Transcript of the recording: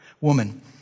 woman